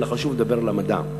אלא חשוב לדבר על המדע.